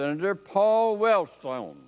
senator paul wellstone